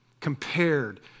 compared